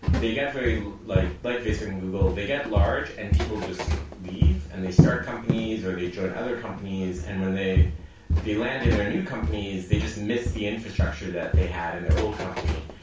they get very like like facebook and google, they get large and people just leave and they start companies, or they join other companies. and when they they land in their new companies, they just miss the infrastructure that they had in their old company.